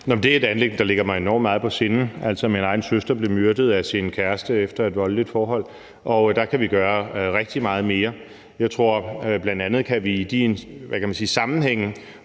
Det er et anliggende, der ligger mig enormt meget på sinde – altså, min egen søster blev myrdet af sin kæreste efter et voldeligt forhold – og der kan vi gøre rigtig meget mere. Bl.a. kan vi i de sammenhænge,